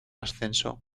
ascenso